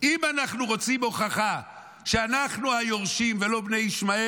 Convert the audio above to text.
אם אנחנו רוצים הוכחה שאנחנו היורשים ולא בני ישמעאל,